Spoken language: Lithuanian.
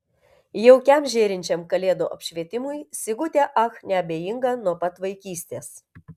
jaukiam žėrinčiam kalėdų apšvietimui sigutė ach neabejinga nuo pat vaikystės